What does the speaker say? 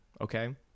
Okay